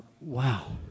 wow